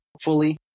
fully